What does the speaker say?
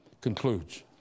concludes